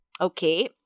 Okay